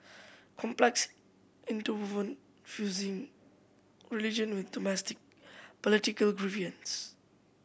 complex interwoven fusing religion with domestic political grievances